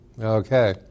Okay